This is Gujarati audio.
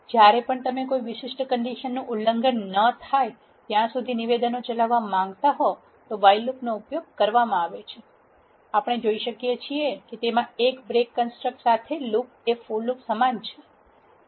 જ્યારે પણ તમે કોઈ વિશિષ્ટ કન્ડીશન નું ઉલ્લંઘન ન થાય ત્યાં સુધી નિવેદનો ચલાવવા માંગતા હો ત્યારે વાઇલ લૂપનો ઉપયોગ કરવામાં આવે છે આપણે જોઇ શકીએ છીએ કે તેમાં બ્રેક કન્સ્ટ્રકટ સાથે લૂપ એ ફોર લુપ સમાન છે